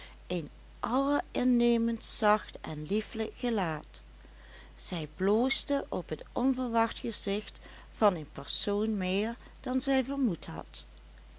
een allerinnemendst zacht en liefelijk gelaat zij bloosde op het onverwacht gezicht van een persoon meer dan zij vermoed had